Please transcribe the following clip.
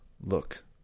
look